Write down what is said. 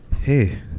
Hey